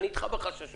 ואני איתך בחששות,